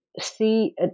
see